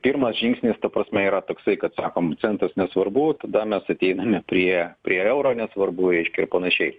pirmas žingsnis ta prasme yra toksai kad sakom centas nesvarbu tada mes ateiname prie prie euro nesvarbu reiškia ir panašiai